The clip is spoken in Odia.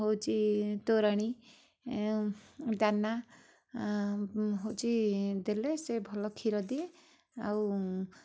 ହେଉଛି ତୋରାଣୀ ଦାନା ହେଉଛି ଦେଲେ ସେ ଭଲ କ୍ଷୀର ଦିଏ ଆଉ